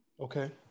Okay